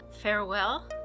farewell